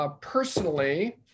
personally